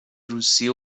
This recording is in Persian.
روسیه